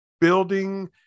building